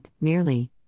merely